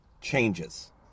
changes